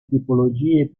tipologie